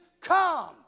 come